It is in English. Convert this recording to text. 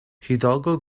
hidalgo